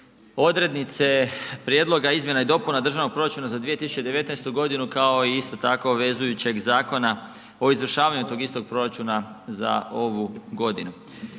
odrednice Prijedloga izmjena i dopuna Državnog proračuna za 2019. g. kao isto tako vezujućeg Zakona o izvršavanju tog istog proračuna za ovu godinu.